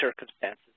circumstances